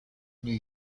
new